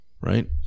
right